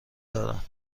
دارم